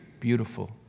beautiful